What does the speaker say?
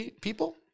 people